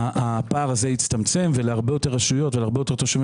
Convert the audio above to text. הפער הזה יצטמצם ולהרבה יותר רשויות ולהרבה יותר תושבים